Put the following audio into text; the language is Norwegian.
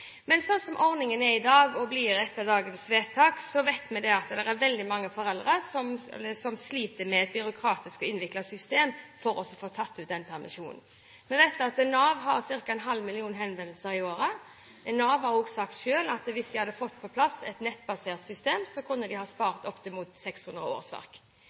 Sånn som ordningen er i dag – og blir etter dagens vedtak – er det veldig mange foreldre som sliter med et byråkratisk og innviklet system for å få tatt ut permisjonen. Vi vet at Nav har ca. en halv million henvendelser i året. Nav har også sagt selv at hvis de hadde fått på plass et nettbasert system, kunne de ha spart oppimot 600 årsverk.